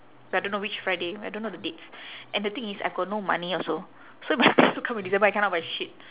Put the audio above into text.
but don't know which friday I don't know the dates and the thing is I've got no money also so my pay will come in december I cannot buy shit